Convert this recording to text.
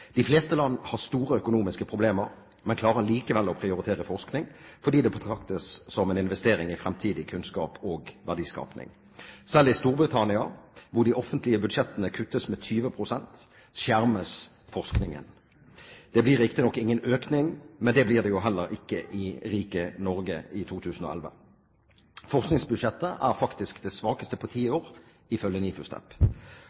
De fleste land har store økonomiske problemer, men klarer likevel å prioritere forskning, fordi det betraktes som en investering i framtidig kunnskap og verdiskaping. Selv i Storbritannia, hvor de offentlige budsjettene kuttes med 20 pst., skjermes forskningen. Det blir riktig nok ingen økning, men det blir det heller ikke i rike Norge i 2011. Forskningsbudsjettet er faktisk det svakeste på